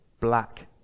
black